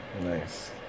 Nice